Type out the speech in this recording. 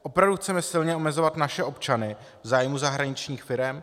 Opravdu chceme silně omezovat naše občany v zájmu zahraničních firem?